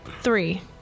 Three